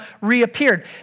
reappeared